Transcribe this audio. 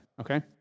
okay